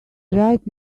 right